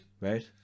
Right